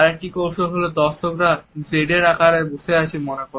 আরেকটি কৌশল হল দর্শকরা Z এর আকারে বসে আছে মনে করা